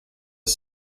are